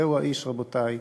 זהו האיש, רבותי,